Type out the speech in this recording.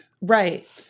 Right